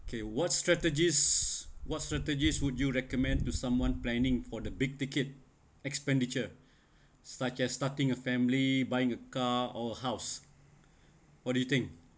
okay what strategies what strategies would you recommend to someone planning for the big ticket expenditure such as starting a family buying a car or house what do you think